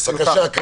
בבקשה, קארין.